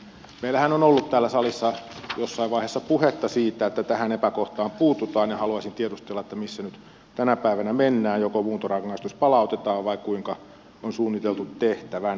meillähän on ollut täällä salissa jossain vaiheessa puhetta siitä että tähän epäkohtaan puututaan ja haluaisin tiedustella missä nyt tänä päivänä mennään joko muuntorangaistus palautetaan vai kuinka on suunniteltu tehtävän